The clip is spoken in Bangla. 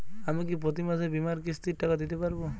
আমি কি প্রতি মাসে বীমার কিস্তির টাকা দিতে পারবো?